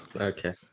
Okay